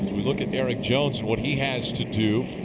erik jones, what he has to do.